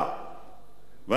ואנחנו לפני בחירות,